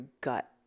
gut